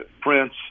Prince